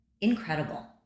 incredible